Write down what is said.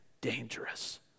dangerous